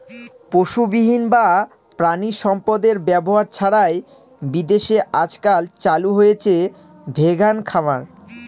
পশুবিহীন বা প্রানীসম্পদ এর ব্যবহার ছাড়াই বিদেশে আজকাল চালু হয়েছে ভেগান খামার